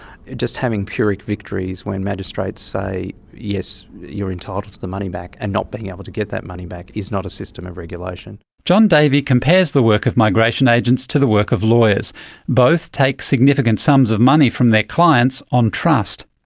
just having pyric victories when magistrates say yes, you're entitled to the money back, and not being able to get that money back, is not a system of regulation. john davey compares the work of migration agents to the work of lawyers both take significant sums of money from their clients on trust.